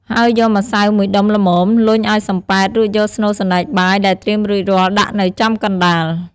ហើយយកម្សៅមួយដុំល្មម លញ់ឱ្យសំប៉ែត រួចយកស្នូលសណ្ដែកបាយដែលត្រៀមរួចរាល់ ដាក់នៅចំកណ្ដាល។